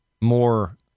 more